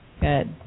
Good